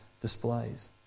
displays